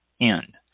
end